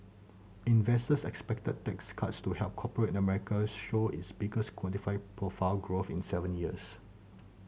investors expect tax cuts to help corporate America show its biggest quantify profit growth in seven years